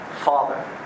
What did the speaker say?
Father